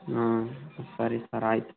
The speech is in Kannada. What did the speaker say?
ಹಾಂ ಸರಿ ಸರ್ ಆಯ್ತು